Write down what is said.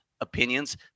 opinions